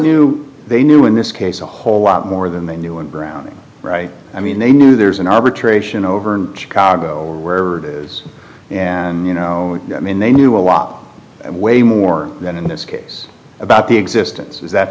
e they knew in this case a whole lot more than they knew and browning right i mean they knew there's an arbitration over in chicago where it is and you know i mean they knew a lot way more than in this case about the existence is that